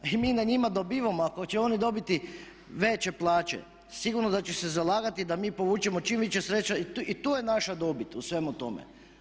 I mi na njima dobivamo, ako će oni dobiti veće plaće, sigurno da će se zalagati da mi povučemo čim više sredstava i to je naša dobit u svemu tome.